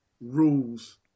rules